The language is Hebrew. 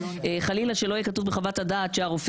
חלילה שלא יהיה כתוב בחוות הדעת שהרופא